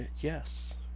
Yes